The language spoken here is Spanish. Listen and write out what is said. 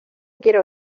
quiero